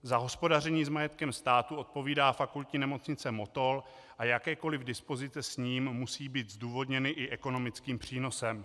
Za hospodaření s majetkem státu odpovídá Fakultní nemocnice Motol a jakékoliv dispozice s ním musí být zdůvodněny i ekonomickým přínosem.